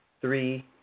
three